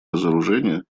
разоружения